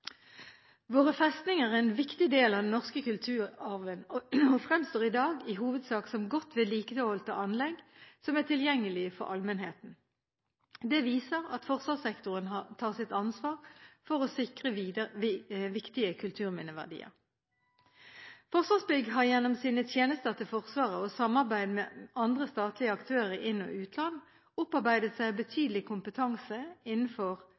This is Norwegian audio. Våre festninger er en viktig del av den norske kulturarven og fremstår i dag i hovedsak som godt vedlikeholdte anlegg som er tilgjengelige for allmennheten. Det viser at forsvarssektoren tar sitt ansvar for å sikre viktige kulturminneverdier. Forsvarsbygg har gjennom sine tjenester til Forsvaret og samarbeid med andre statlige aktører i inn- og utland, opparbeidet seg betydelig kompetanse innenfor